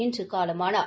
இன்று காலமானார்